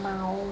猫